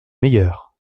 meilleur